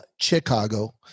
Chicago